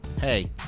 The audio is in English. Hey